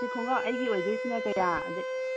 ꯁꯤ ꯈꯣꯡꯒ꯭ꯔꯥꯎ ꯑꯩꯒꯤ ꯑꯣꯏꯗꯣꯏꯁꯤꯅ ꯀꯌꯥ ꯑꯗꯩ